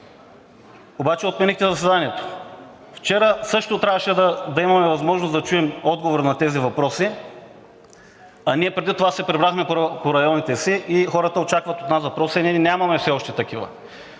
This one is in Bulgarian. обаче отменихте заседанието. Вчера също трябваше да имаме възможност да чуем отговорите на тези въпроси, а ние преди това се прибрахме по районите си и хората очакват от нас въпроси, а ние нямаме все още такива.